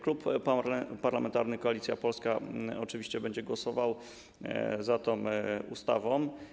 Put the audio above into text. Klub Parlamentarny Koalicja Polska oczywiście będzie głosował za tą ustawą.